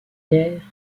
guère